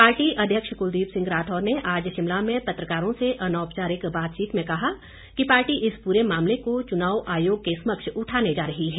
party अध्यक्ष कुलदीप सिंह राठौर ने आज शिमला में पत्रकारों से अनौपचारिक बातचीत में कहा कि पार्टी इस पूरे मामले को चुनाव आयोग के समक्ष उठाने जा रही है